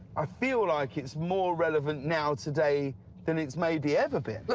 i feel like it's more relevant now today than it's maybe ever been.